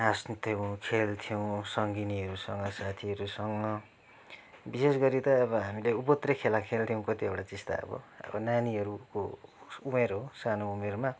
हाँस्थ्यौँ खेल्थ्यौँ सङ्गिनीहरूसँग साथीहरूसँग विशेष गरी त अब हामीले उपद्रे खेला खेल्थ्यौँ कतिवटा चिज त अब अब नानीहरूको उमेर हो सानो उमेरमा